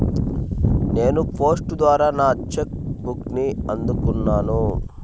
నేను పోస్ట్ ద్వారా నా చెక్ బుక్ని అందుకున్నాను